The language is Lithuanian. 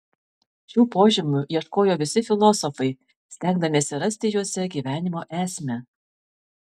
šių požymių ieškojo visi filosofai stengdamiesi rasti juose gyvenimo esmę